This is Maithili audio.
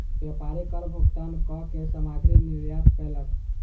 व्यापारी कर भुगतान कअ के सामग्री निर्यात कयलक